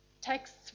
Texts